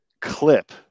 clip